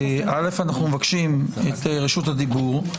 א', אנחנו מבקשים את רשות הדיבור.